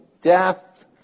death